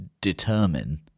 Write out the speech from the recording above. determine